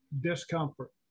Discomfort